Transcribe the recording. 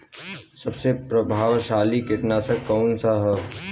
सबसे प्रभावशाली कीटनाशक कउन सा ह?